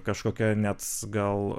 kažkokia net gal